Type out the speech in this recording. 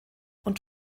und